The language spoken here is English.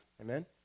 amen